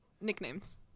nicknames